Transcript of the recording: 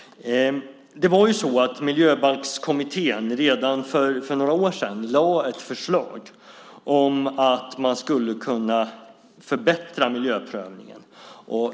Miljöbalkskommittén lade redan för några år sedan fram ett förslag om att man skulle kunna förbättra miljöprövningen.